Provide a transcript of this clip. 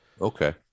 okay